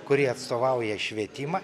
kurie atstovauja švietimą